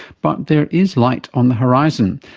but there is light on the horizon.